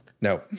No